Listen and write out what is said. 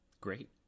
great